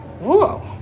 whoa